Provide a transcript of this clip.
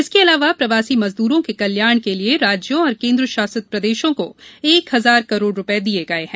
इसके अलावा प्रवासी मजदूरों के कल्याण के लिए राज्यों और केंद्र शासित प्रदेशों को एक हजार करोड़ रूपये दिए गए हैं